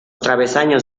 travesaños